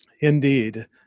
Indeed